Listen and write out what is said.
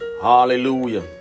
Hallelujah